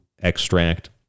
extract